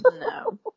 no